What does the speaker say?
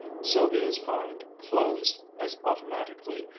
sylvia's mind closed as automatically,